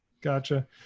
Gotcha